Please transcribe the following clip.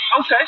Okay